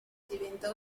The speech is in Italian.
diventa